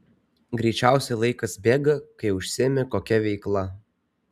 greičiausiai laikas bėga kai užsiimi kokia veikla